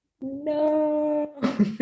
No